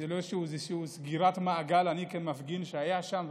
זה לא איזושהי סגירת מעגל שלי כמפגין שהיה שם,